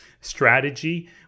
strategy